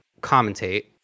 commentate